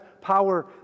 power